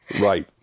Right